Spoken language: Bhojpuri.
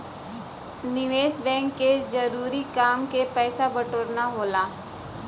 निवेस बैंक क जरूरी काम पैसा बटोरना होला